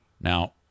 Now